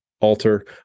Alter